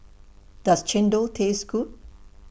Does Chendol Taste Good